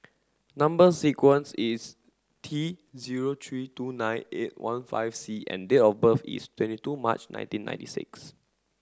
number sequence is T zero three two nine eight one five C and date of birth is twenty two March nineteen ninety six